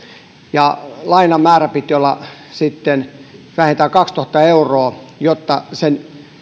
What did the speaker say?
ja lainan määrän piti olla sitten vähintään kaksituhatta euroa jotta sen